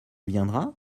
viendra